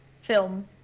film